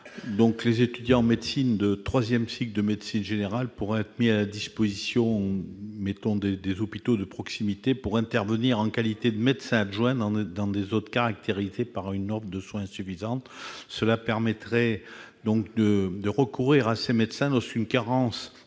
Les étudiants en dernière année de troisième cycle de médecine générale pourraient être mis à disposition des hôpitaux de proximité pour intervenir en qualité de médecins adjoints dans les zones caractérisées par une offre de soins insuffisante. Cela permettrait de recourir à ces médecins adjoints lorsqu'une carence